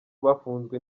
bafunzwe